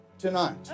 tonight